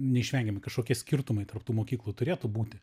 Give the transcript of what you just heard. neišvengiamai kažkokie skirtumai tarp tų mokyklų turėtų būti